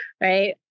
right